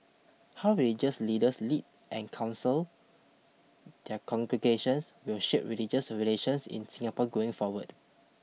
how religious leaders lead and counsel their congregations will shape religious relations in Singapore going forward